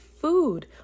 food